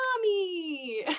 Mommy